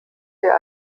wir